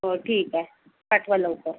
हो ठीक आहे पाठवा लवकर